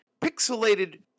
pixelated